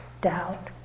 doubt